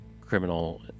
criminal